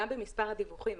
גם במספר הדיווחים,